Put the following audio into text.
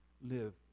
live